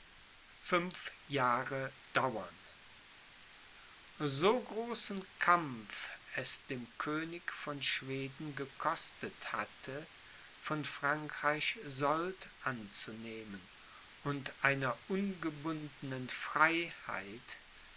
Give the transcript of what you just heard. fünf jahre dauern so großen kampf es dem könig von schweden gekostet hatte von frankreich sold anzunehmen und einer ungebundenen freiheit